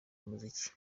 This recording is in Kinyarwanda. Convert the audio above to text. bumuziki